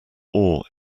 awe